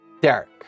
Derek